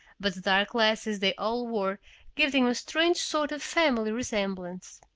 but the dark glasses they all wore gave them a strange sort of family resemblance.